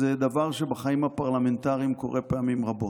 זה דבר שבחיים הפרלמנטריים קורה פעמים רבות.